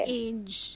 age